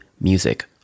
music